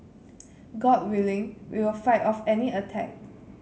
god willing we will fight off any attack